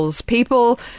People